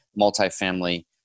multifamily